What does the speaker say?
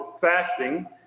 fasting